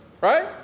right